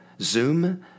Zoom